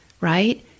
right